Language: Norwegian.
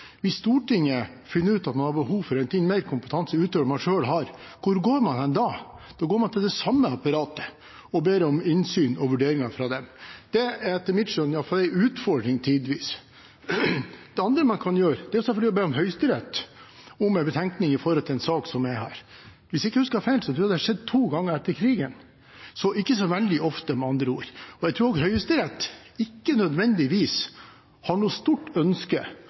Hvis Stortinget finner ut at det har behov for mer kompetanse enn det en selv har, hvor går man hen da? Da går man til det samme apparatet og ber om innsyn og vurderinger fra dem. Det er etter mitt skjønn iallfall tidvis en utfordring. Det andre man kan gjøre, er selvfølgelig å be Høyesterett om en betenkning i en sak som det arbeides med her. Hvis jeg ikke husker feil, tror jeg det har skjedd to ganger etter krigen – med andre ord: ikke så veldig ofte. Jeg tror også at Høyesterett ikke nødvendigvis har noe stort ønske